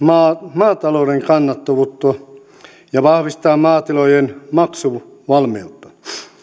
maatalouden kannattavuutta ja vahvistaa maatilojen maksuvalmiutta